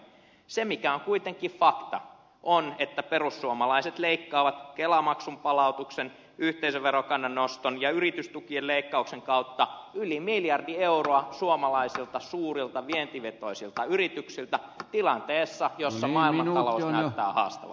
se mikä on kuitenkin fakta on että perussuomalaiset leikkaavat kelamaksun palautuksen yhteisöverokannan noston ja yritystukien leikkauksen kautta yli miljardi euroa suomalaisilta suurilta vientivetoisilta yrityksiltä tilanteessa jossa maailmantalous näyttää haastavalta